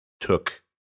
took